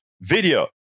video